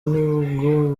nibwo